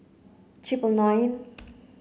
triple nine